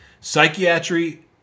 Psychiatry